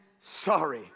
sorry